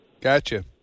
Gotcha